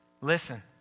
Listen